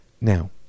Now